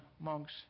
monk's